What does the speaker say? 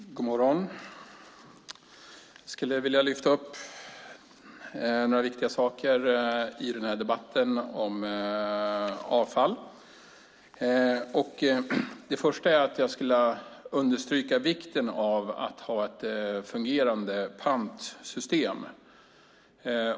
Fru talman! Jag skulle vilja lyfta fram några viktiga saker i denna debatt om avfall. Jag vill först understryka vikten av att ha ett fungerande pantsystem.